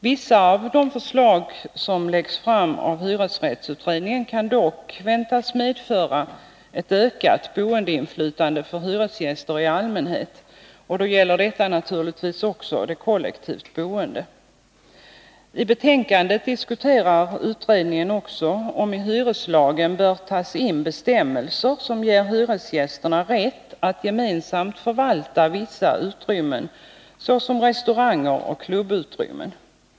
Vissa av de förslag som läggs fram av hyresrättsutredningen kan dock väntas medföra ett ökat boendeinflytande för hyresgäster i allmänhet, och detta gäller naturligtvis också de kollektivt boende. I betänkandet diskuterar utredningen också om i hyreslagen bör tas in bestämmelser som ger hyresgästerna rätt att gemensamt förvalta vissa utrymmen, såsom restauranger och klubbutrymmen.